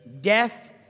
Death